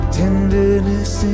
tenderness